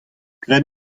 graet